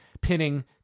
pinning